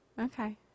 Okay